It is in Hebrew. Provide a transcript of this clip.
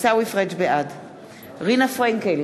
רינה פרנקל,